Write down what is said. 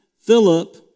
Philip